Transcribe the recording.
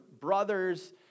brothers